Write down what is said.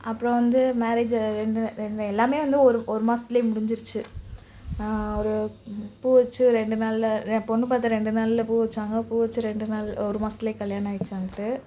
அப்புறம் வந்து மேரேஜ் ரெண்டு ரெண்டு எல்லாமே வந்து ஒரு ஒரு மாதத்துலையே முடிஞ்சிடுச்சு ஒரு பூ வைச்சு ரெண்டு நாளில் பொண்ணு பார்த்த ரெண்டு நாளில் பூ வைச்சாங்க பூ வச்சு ரெண்டு நாள் ஒரு மாதத்துலையே கல்யாணம் ஆகிடுச்சுன்டு